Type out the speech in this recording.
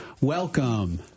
Welcome